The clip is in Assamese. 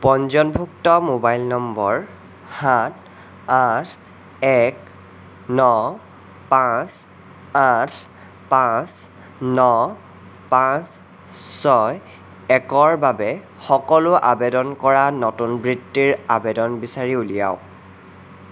পঞ্জীয়নভুক্ত মোবাইল নম্বৰ সাত আঠ এক ন পাঁচ আঠ পাঁচ ন পাঁচ ছয় একৰ বাবে সকলো আৱেদন কৰা নতুন বৃত্তিৰ আৱেদন বিচাৰি উলিয়াওক